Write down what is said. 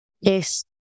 Yes